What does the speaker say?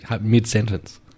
mid-sentence